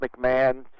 mcmahon